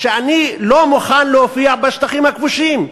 אני לא מוכן להופיע בשטחים הכבושים,